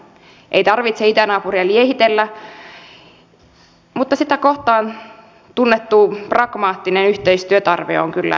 ei tarvitse itänaapuria liehitellä mutta sitä kohtaan tunnettu pragmaattinen yhteistyötarve on kyllä säilytettävä